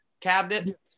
cabinet